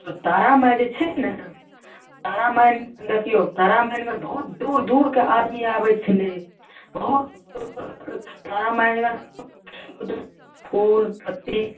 तारा माइ जे छै ने तारा माइ देखिऔ तारा माइके बहुत दूर दूरके आदमी आबै छलै बहुत तारा माइ फूल पत्ती